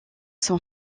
son